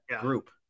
group